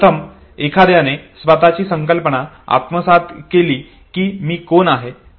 प्रथम एखाद्याने स्वतची संकल्पना आत्मसात केली कि मी कोण आहे